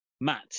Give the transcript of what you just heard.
Matt